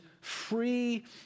free